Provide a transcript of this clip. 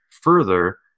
further